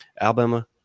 Alabama